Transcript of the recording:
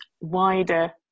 wider